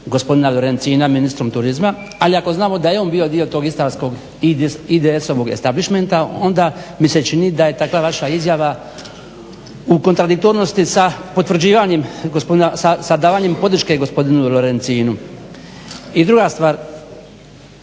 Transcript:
gospodina Lorencina, ministrom turizma. Ali ako znamo da je on bio dio tog istarskog IDS-ovog onda mi se čini da je takva vaša izjava u kontradiktornosti sa potvrđivanjem gospodina, sa davanjem podrške gospodinu Lorencinu. I druga stvar,